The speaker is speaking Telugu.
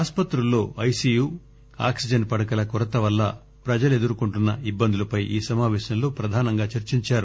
ఆసుపత్రుల్లో ఐసియులు ఆక్సిజన్ పడకల కొరత వల్ల ప్రజలు ఎదుర్కొంటున్స ఇబ్బందులపై ఈ సమాపేశంలో ప్రధానంగా చర్చించారు